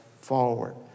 forward